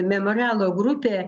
memorialo grupė